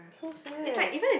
so sad